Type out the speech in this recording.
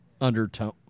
undertone